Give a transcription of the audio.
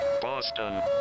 Boston